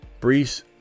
Brees